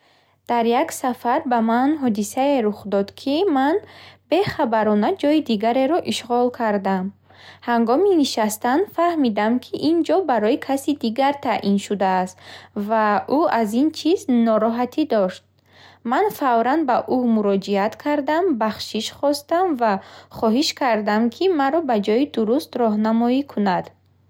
Дар як сафар ба ман ҳодисае рух дод, ки ман бехабарона ҷои дигареро ишғол кардам. Ҳангоми нишастан фаҳмидам, ки ин ҷо барои каси дигар таъин шудааст ва ӯ аз ин чиз нороҳатӣ дошт. Ман фавран ба ӯ муроҷиат кардам, бахшиш хостам ва хоҳиш кардам, ки маро ба ҷои дуруст роҳнамоӣ кунад.